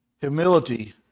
humility